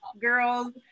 girls